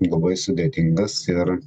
labai sudėtingas ir